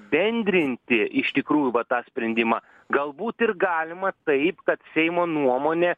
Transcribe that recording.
bendrinti iš tikrųjų va tą sprendimą galbūt ir galima taip kad seimo nuomonė